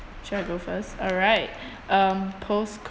should I go first alright um post COVID